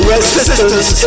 Resistance